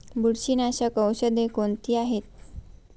बुरशीनाशक औषधे कोणती आहेत?